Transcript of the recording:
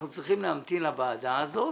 אנחנו צריכים להמתין לוועדה הזאת.